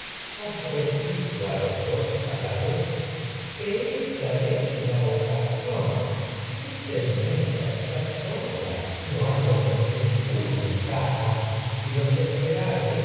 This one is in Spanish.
repito a los dos a la vez está que esta es la ocasión clitemnestra sola no hay hombre que con ninguno y en casa si los esperáis